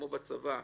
כמו בצבא,